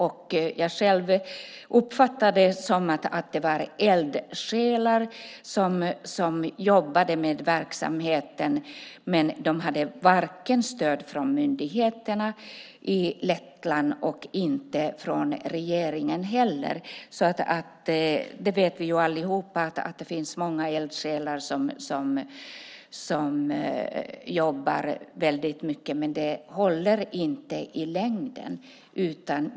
Jag själv uppfattar det som att det är eldsjälar som jobbar med verksamheten. Men de har varken stöd från myndigheterna eller från regeringen i Lettland. Vi vet ju allihop att det finns många eldsjälar som jobbar mycket, men det håller inte i längden.